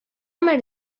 mel